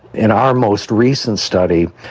in our most recent study,